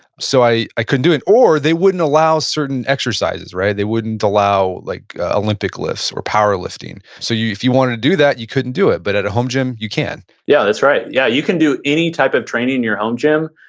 so i i couldn't do it. or they wouldn't allow certain exercises, right? they wouldn't allow like olympic lifts or powerlifting. so if you wanted to do that, you couldn't do it, but at a home gym, you can yeah, that's right. yeah, you can do any type of training in your home gym.